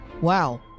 Wow